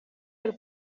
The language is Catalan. pel